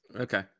Okay